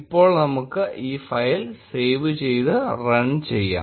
ഇപ്പോൾ നമുക്ക് ഈ ഫയൽ സേവ് ചെയ്ത് റൺ ചെയ്യാം